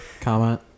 Comment